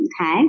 Okay